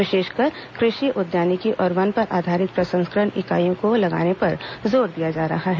विशेष कर कृषि उद्यानिकी और वन पर आधारित प्रसंस्करण इकाईयों को लगाने पर जोर दिया जा रहा है